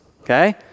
okay